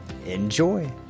enjoy